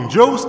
Joe